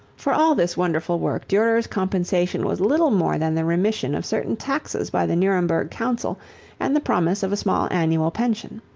for all this wonderful work durer's compensation was little more than the remission of certain taxes by the nuremberg council and the promise of a small annual pension.